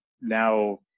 now